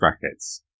brackets